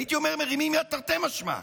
הייתי אומר "מרימים יד" תרתי משמע,